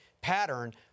Pattern